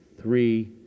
three